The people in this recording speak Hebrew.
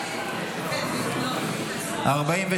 לוועדה שתקבע ועדת הכנסת נתקבלה.